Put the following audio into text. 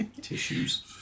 Tissues